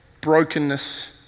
brokenness